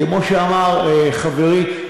כמו שאמר חברי,